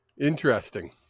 Interesting